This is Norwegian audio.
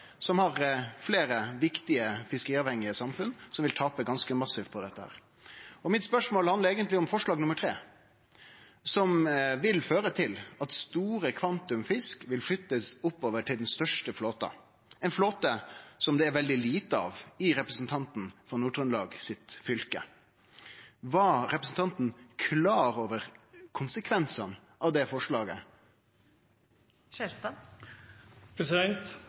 som har fleire viktige fiskeriavhengige samfunn, og som vil tape ganske massivt på dette. Mitt spørsmål handlar eigentleg om forslag nr. 3, som vil føre til at store kvantum fisk vil bli flytta oppover til den største flåten, ein flåte som det er veldig lite av i Nord-Trøndelag, i fylket til representanten. Var representanten klar over konsekvensane av det